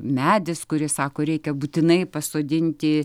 medis kurį sako reikia būtinai pasodinti